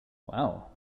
wow